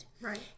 Right